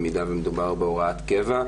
במידה ומדובר בהוראת קבע.